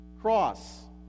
cross